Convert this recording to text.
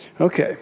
Okay